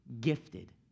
gifted